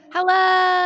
Hello